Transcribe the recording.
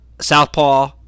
southpaw